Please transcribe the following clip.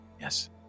Yes